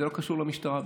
זה לא קשור למשטרה בעצם,